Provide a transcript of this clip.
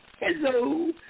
Hello